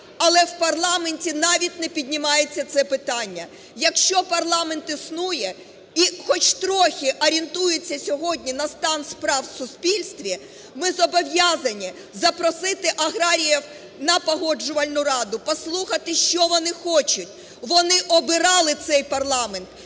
але в парламенті навіть не піднімається це питання. Якщо парламент існує і хоч трохи орієнтується сьогодні на стан справ в суспільстві, ми зобов'язані запросити аграріїв на Погоджувальну раду, послухати, що вони хочуть. Вони обирали цей парламент